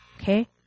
okay